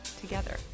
together